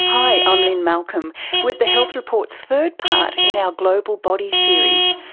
hi, i'm lynne malcolm with the health report's third part in our global body series,